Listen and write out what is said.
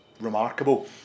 Remarkable